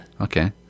Okay